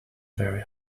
very